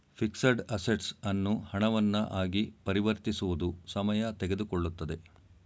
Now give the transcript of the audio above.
fixed assets ಅನ್ನು ಹಣವನ್ನ ಆಗಿ ಪರಿವರ್ತಿಸುವುದು ಸಮಯ ತೆಗೆದುಕೊಳ್ಳುತ್ತದೆ